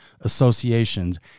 associations